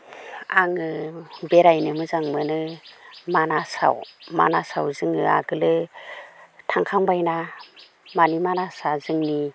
आङो बेरायनो मोजां मोनो मानासाव मानासाव जोङो आगोल थांखांबायना माने मानासा जोंनि